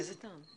מאיזה תאריך?